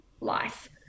life